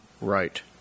right